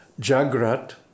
Jagrat